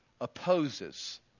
opposes